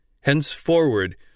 Henceforward